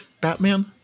Batman